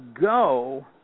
go